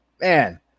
man